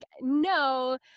no